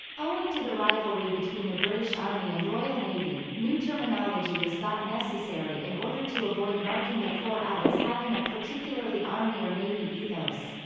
owing to the rivalry between the british army and royal navy, new terminology was thought necessary in order to avoid marking the corps out as having a particularly army or navy ethos.